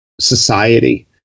society